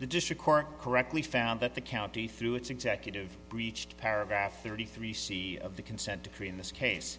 the district court correctly found that the county through its executive breached paragraph thirty three c of the consent decree in this case